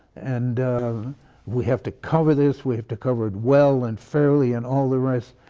and we have to cover this, we have to cover it well and fairly and all the rest.